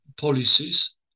policies